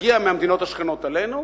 שתגיע מהמדינות השכנות אלינו.